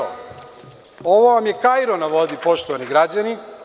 Ovo vam je Kairo na vodi, poštovani građani.